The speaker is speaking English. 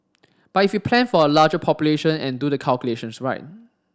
but if we plan for a larger population and do the calculations right